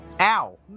Ow